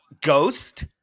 Ghost